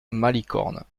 malicorne